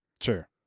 Sure